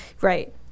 Right